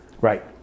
right